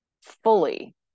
fully